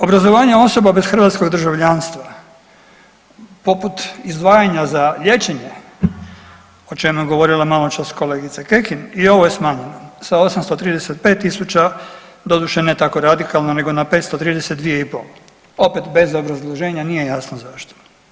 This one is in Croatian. Obrazovanje osoba bez Hrvatskog državljanstva poput izdvajanja za liječenje, o čemu je govorila maločas kolegica Kekin i ovo je smanjeno sa 835 tisuća doduše ne tako radikalno nego na 532,5, opet bez obrazloženja, nije jasno zašto.